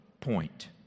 point